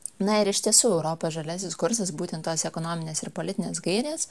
na ir iš tiesų europos žaliasis kursas būtent tos ekonominės ir politinės gairės